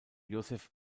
joseph